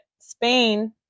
spain